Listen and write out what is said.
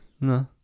no